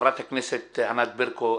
חברת הכנסת ענת ברקו,